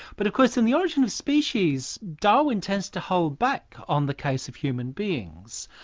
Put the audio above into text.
but of course in the origin of species darwin tends to hold back on the case of human beings.